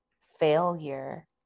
failure